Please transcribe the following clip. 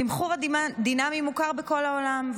התמחור הדינמי מוכר בכל העולם,